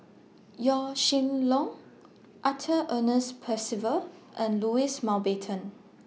Yaw Shin Leong Arthur Ernest Percival and Louis Mountbatten